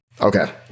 Okay